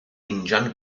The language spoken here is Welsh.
injan